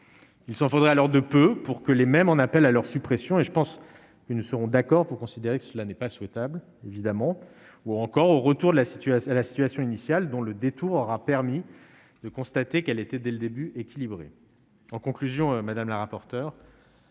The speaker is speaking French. il s'en faudrait alors de peu pour que les mêmes en appelle à leur suppression et je pense que nous serons d'accord pour considérer que cela n'est pas souhaitable évidemment ou encore au retour de la situation à la situation initiale dont le détour aura permis de constater qu'elle était, dès le début, équilibré, en conclusion, madame la rapporteure.